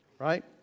Right